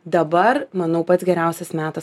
dabar manau pats geriausias metas